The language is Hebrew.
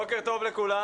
בוקר טוב לכולם.